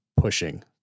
pushing